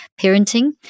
parenting